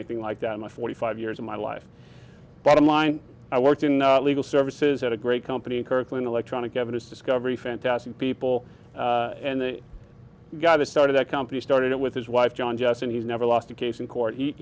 anything like that in my forty five years in my life bottom line i worked in the legal services at a great company kirkland electronic evidence discovery fantastic people and the guy that started that company started it with his wife john jeff and he's never lost a case in court